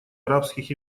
арабских